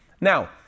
Now